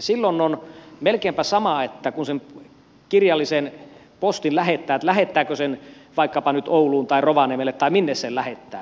silloin on melkeinpä sama kun sen kirjallisen postin lähettää lähettääkö sen vaikkapa nyt ouluun tai rovaniemelle tai minne sen lähettää